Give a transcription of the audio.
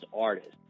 artist